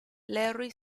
larry